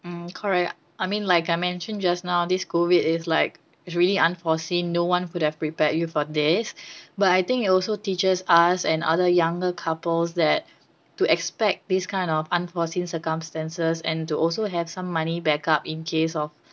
mm correct I mean like I mentioned just now this COVID is like really unforeseen no one could have prepared you for this but I think it also teaches us and other younger couples that to expect this kind of unforeseen circumstances and to also have some money back up in case of